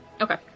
Okay